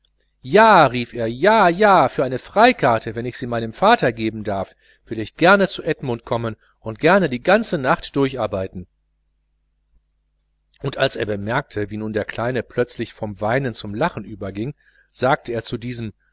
ja rief er ja ja für ein freibillet wenn ich es meinem vater geben darf will ich gern zu edmund kommen und gern die ganze nacht durch arbeiten und als er bemerkte wie nun der kleine plötzlich vom weinen zum lachen überging sagte er zu diesem